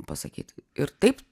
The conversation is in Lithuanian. pasakyt ir taip